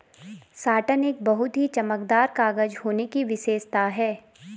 satin एक बहुत ही चमकदार कागज होने की विशेषता है